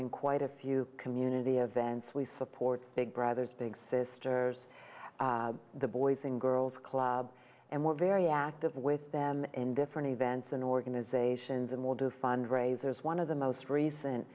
in quite a few community events we support big brothers big sisters the boys and girls club and we're very active with them in different events and organizations and will do fundraisers one of the most